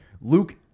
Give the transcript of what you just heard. Luke